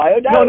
no